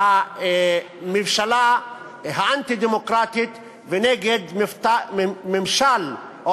הממשלה האנטי-דמוקרטית ונגד ממשל או